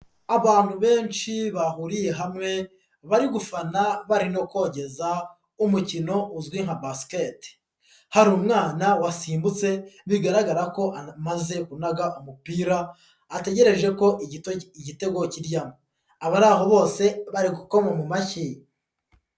Abantu benshi bahuriye hamwe, bari gufana bari no kogeza umukino uzwi nka basiketi. Hari umwana wasimbutse bigaragara ko amaze kunaga umupira, ategereje ko igitego kijyamo. Abari aho bose bari gukoma mu mashyi.